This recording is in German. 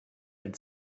wenn